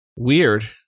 Weird